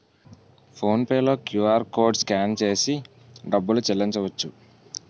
phone pay లో QR code scan చేసి డబ్బులు చెల్లించవచ్చు